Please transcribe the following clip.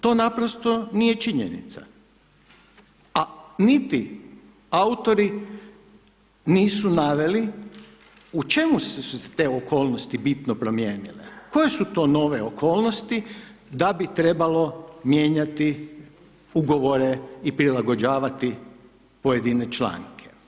To naprosto nije činjenica, a niti autori nisu naveli u čemu su se te okolnosti bitno promijenile, koje su to nove okolnosti da bi trebalo mijenjati ugovore i prilagođavati pojedine članke.